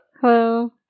Hello